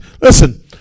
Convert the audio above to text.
listen